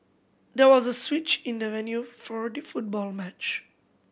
there was a switch in the venue for the football match